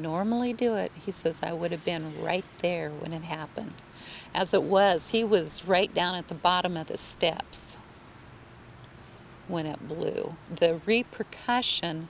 normally do it he says i would have been right there when it happened as it was he was right down at the bottom of the steps when it blew the repercussion